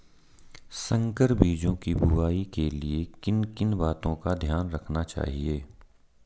संकर बीजों की बुआई के लिए किन किन बातों का ध्यान रखना चाहिए?